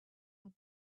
had